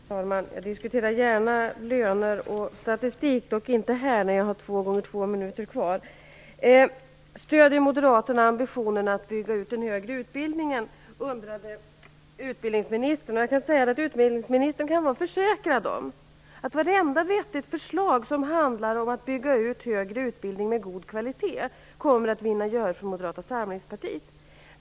Fru talman! Jag diskuterar gärna löner och statistik, dock inte nu när jag bara har två gånger två minuter på mig. Utbildningsministern undrade om vi moderater stöder ambitionen att bygga ut den högre utbildningen. Utbildningsministern kan vara försäkrad om att varenda vettigt förslag som handlar om att bygga ut högre utbildning med god kvalitet kommer att vinna gehör hos Moderata samlingspartiet.